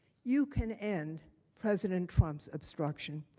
you can end president trump's obstruction.